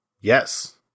yes